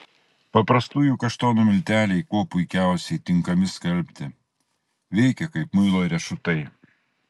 paprastųjų kaštonų milteliai kuo puikiausiai tinkami skalbti veikia kaip muilo riešutai